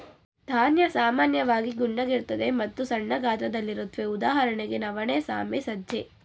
ಧಾನ್ಯ ಸಾಮಾನ್ಯವಾಗಿ ಗುಂಡಗಿರ್ತದೆ ಮತ್ತು ಸಣ್ಣ ಗಾತ್ರದಲ್ಲಿರುತ್ವೆ ಉದಾಹರಣೆಗೆ ನವಣೆ ಸಾಮೆ ಸಜ್ಜೆ